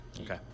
Okay